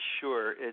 Sure